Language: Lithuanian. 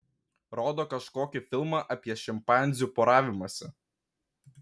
rodo kažkokį filmą apie šimpanzių poravimąsi